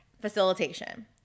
facilitation